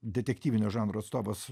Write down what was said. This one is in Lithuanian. detektyvinio žanro atstovas